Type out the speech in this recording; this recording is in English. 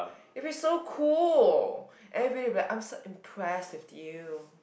it will be so cool and everybody I'm so impressed with you